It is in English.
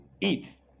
eat